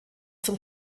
zum